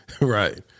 right